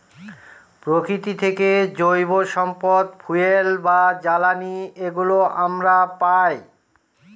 প্রকৃতি থেকে জৈব সম্পদ ফুয়েল বা জ্বালানি এগুলো আমরা পায়